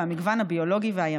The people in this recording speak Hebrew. ופינתה את